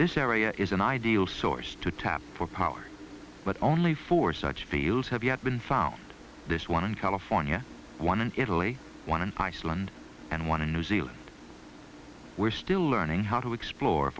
this area is an ideal source to tap for power but only for such fields have yet been found this one in california one in italy one in iceland and one in new zealand we're still learning how to explore